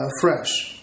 fresh